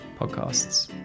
podcasts